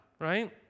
right